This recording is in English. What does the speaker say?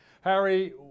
Harry